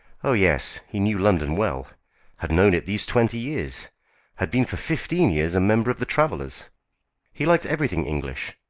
oh, yes, he knew london well had known it these twenty years had been for fifteen years a member of the travellers' he liked everything english,